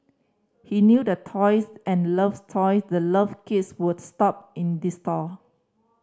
he knew the toys and loves toys the loved kids who would shop in the store